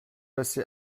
passé